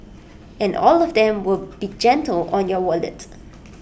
and all of them will be gentle on your wallet